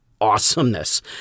awesomeness